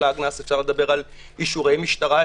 על אישורי משטרה,